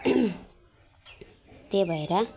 त्यही भएर